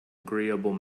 agreeable